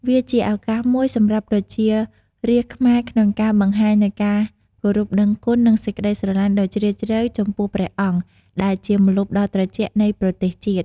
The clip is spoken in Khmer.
វាជាឱកាសមួយសម្រាប់ប្រជារាស្ត្រខ្មែរក្នុងការបង្ហាញនូវការគោរពដឹងគុណ និងសេចក្តីស្រឡាញ់ដ៏ជ្រាលជ្រៅចំពោះព្រះអង្គ ដែលជាម្លប់ដ៏ត្រជាក់នៃប្រទេសជាតិ។